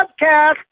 podcast